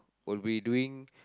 will be doing